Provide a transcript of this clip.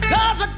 Cause